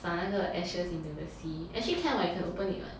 撒那个 ashes into the sea actually can [what] you can open it [what]